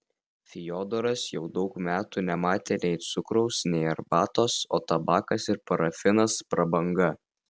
fiodoras jau daug metų nematė nei cukraus nei arbatos o tabakas ir parafinas prabanga